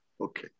Okay